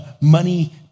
money